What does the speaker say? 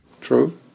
True